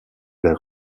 vers